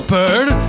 bird